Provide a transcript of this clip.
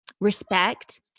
respect